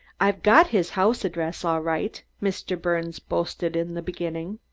i've got his house address all right, mr. birne boasted, in the beginning.